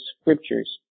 scriptures